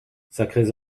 sacrés